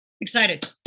Excited